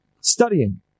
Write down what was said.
Studying